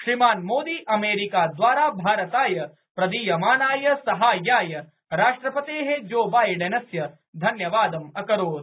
श्रीमान् मोदी अमेरीकाद्वारा भारताय प्रदीयमानाय साहाय्याय राष्ट्रपतेः जो बाइडेनस्य धन्यवादम् अकरोत्